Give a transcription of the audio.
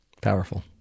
powerful